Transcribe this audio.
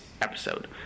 episode